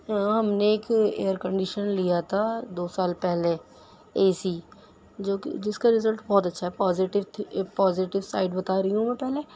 ہاں ہم نے ایک ایئر کنڈیشن لیا تھا دو سال پہلے اے سی جو کہ جس کا رزلٹ بہت اچھا پوزیٹو تھی پوزیٹیو سائڈ بتا رہی ہوں میں پہلے